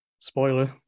Spoiler